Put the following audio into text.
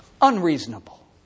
unreasonable